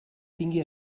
tingui